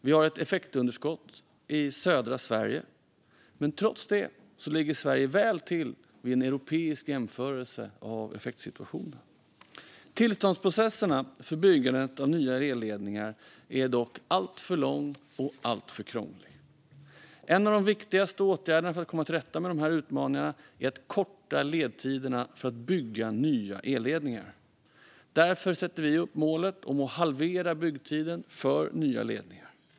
Vi har ett effektunderskott i södra Sverige. Trots det ligger Sverige väl till i en europeisk jämförelse av effektsituationen. Tillståndsprocesserna för byggandet av nya elledningar är dock alltför långa och alltför krångliga. En av de viktigaste åtgärderna för att komma till rätta med dessa utmaningar är att korta ledtiderna för att bygga nya elledningar. Därför sätter vi upp målet om att halvera byggtiden för nya ledningar.